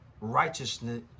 righteousness